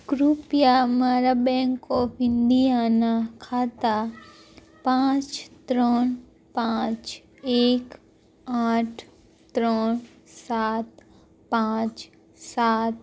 કૃપયા મારા bank of ઇન્ડિયાનાં ખાતાં પાંચ ત્રણ પાંચ એક આઠ ત્રણ સાત પાંચ સાત